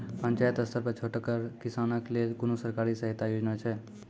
पंचायत स्तर पर छोटगर किसानक लेल कुनू सरकारी सहायता योजना छै?